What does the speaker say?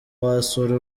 wasura